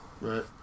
Right